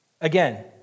Again